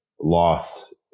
loss